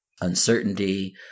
uncertainty